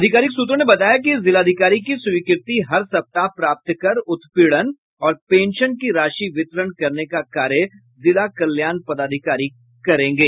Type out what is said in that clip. अधिकारिक सूत्रों ने बताया कि जिलाधिकारी की स्वीकृति हर सप्ताह प्राप्त कर उत्पीड़न और पेंशन की राशि वितरण करने का कार्य जिला कल्याण पदाधिकारी करेंगे